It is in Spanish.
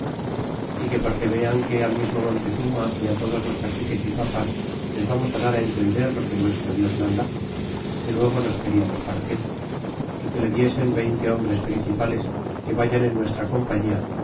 e que porque vean que al mismo montezuma y todos los caciques y papas les vamos á dar á entender lo que nuestro dios manda que luego nos queriamos partir é que le diesen veinte hombres principales que vayan en nuestra compañía